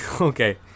Okay